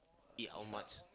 eat how much